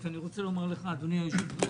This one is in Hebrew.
הכנסת ואני רוצה לומר לך, אדוני היושב-ראש,